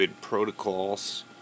protocols